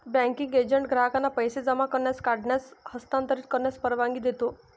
banking agent ग्राहकांना पैसे जमा करण्यास, काढण्यास, हस्तांतरित करण्यास परवानगी देतो